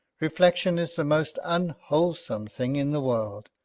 reflexion is the most unwholesome thing in the world.